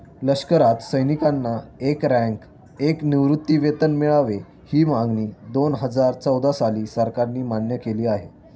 लष्करात सैनिकांना एक रँक, एक निवृत्तीवेतन मिळावे, ही मागणी दोनहजार चौदा साली सरकारने मान्य केली आहे